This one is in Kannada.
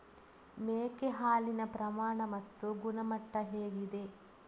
ಮೇಕೆ ಹಾಲಿನ ಪ್ರಮಾಣ ಮತ್ತು ಗುಣಮಟ್ಟ ಹೇಗಿದೆ?